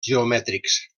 geomètrics